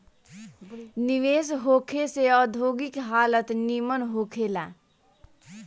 निवेश होखे से औद्योगिक हालत निमन होखे ला